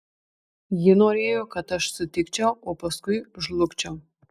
ji norėjo kad aš sutikčiau o paskui žlugčiau